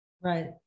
Right